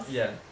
ya